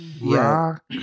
Rock